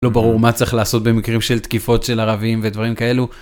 לא ברור מה צריך לעשות במקרים של תקיפות של ערבים ודברים כאלו.